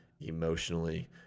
emotionally